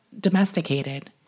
domesticated